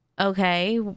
okay